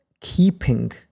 keeping